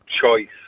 choice